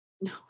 No